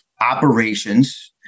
operations